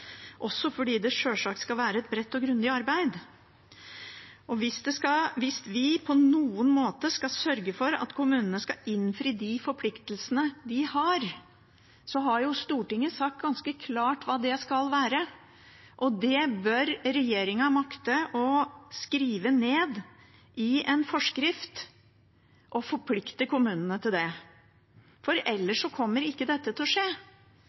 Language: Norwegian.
også fordi det sjølsagt skal være et bredt og grundig arbeid. Hvis vi på noen måte skal sørge for at kommunene skal innfri de forpliktelsene de har, og Stortinget har sagt ganske klart hva det er, så bør regjeringen makte å skrive det ned i en forskrift og forplikte kommunene til det, for ellers kommer ikke dette til å skje.